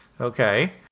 okay